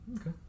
okay